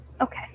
Okay